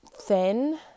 thin